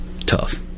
Tough